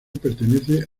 pertenece